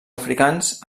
africans